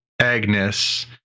Agnes